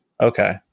Okay